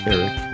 Eric